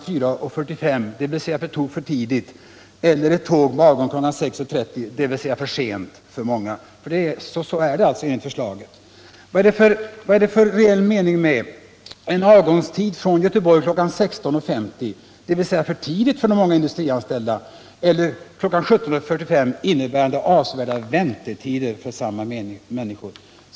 4.45, dvs. på tok för tidigt, eller ett tåg med avgångstid kl. 6.30, dvs. för sent för många? Så är det alltså enligt förslaget. Vad är det för reell mening med en avgångstid från Göteborg kl. 16.50, dvs. för tidigt för många samma människor?